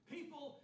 People